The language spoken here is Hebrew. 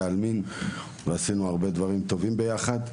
העלמין ועשינו דברים רבים וטובים ביחד.